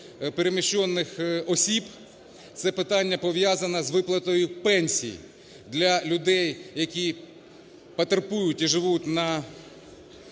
переміщених осіб. Це питання пов'язане з виплатою пенсій для людей, які потерпають і живуть на